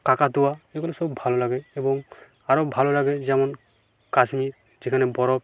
কাকাতুয়া এগুলো সব ভালো লাগে এবং আরও ভালো লাগে যেমন কাশ্মীর যেখানে বরফ